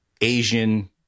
Asian